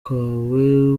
kwawe